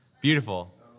Beautiful